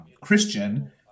Christian